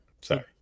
Sorry